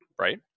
right